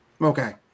Okay